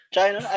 China